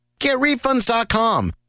GetRefunds.com